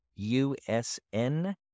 USN